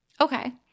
Okay